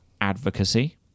advocacy